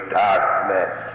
darkness